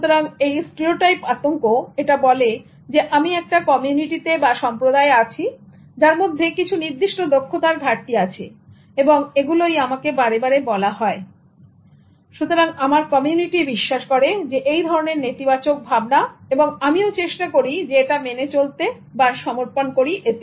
সুতরাং স্টিরিওটাইপ আতঙ্ক এটা বলে যে আমি একটা কমিউনিটিতে বা সম্প্রদায়ে আছি যার মধ্যে কিছু নির্দিষ্ট দক্ষতার ঘাটতি আছে এবং এগুলোই আমাকে বারে বারে বলা হয় সুতরাং আমার কমিউনিটি বিশ্বাস করে এই ধরনের নেতিবাচক ভাবনাকে এবং আমিও চেষ্টা করি এটা মেনে চলতে বা সমর্পন করি এতে